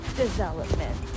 development